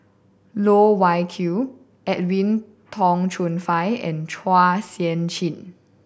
Loh Wai Kiew Edwin Tong Chun Fai and Chua Sian Chin